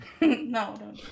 No